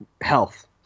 health